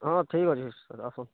ହଁ ଠିକ୍ ଅଛି ସାର୍ ଆସନ୍